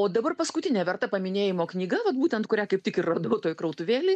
o dabar paskutinė verta paminėjimo knyga vat būtent kurią kaip tik ir radau toj krautuvėlėj